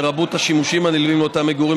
לרבות השימושים הנלווים לאותם מגורים,